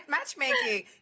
Matchmaking